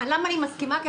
למה את מסכימה?